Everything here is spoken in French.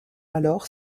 alors